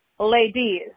Ladies